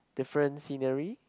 different scenery